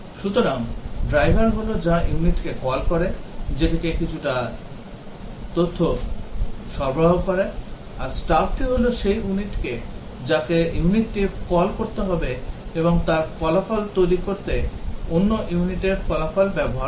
সুতরাং ড্রাইভার হল যা unit কে কল করে এটিকে কিছু তথ্য সরবরাহ করে এবং স্টাবটি হল সেই যাকে ইউনিটটিকে কল করতে হবে এবং তার ফলাফল তৈরি করতে অন্য unit র ফলাফল ব্যবহার করে